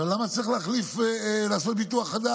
עכשיו, למה אני צריך לעשות ביטוח חדש?